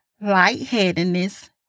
lightheadedness